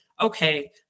okay